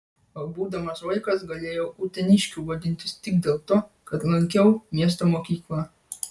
o būdamas vaikas galėjau uteniškiu vadintis tik dėl to kad lankiau miesto mokyklą